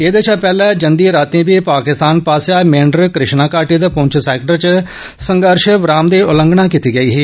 एह्दे शा पैहले जंदी रातीं बी पाकिस्तान पास्सेआ मेंढर कृष्णा घाटी ते पुंछ सैक्टर च संघर्ष विराम दी उल्लंघना कीती गेई ही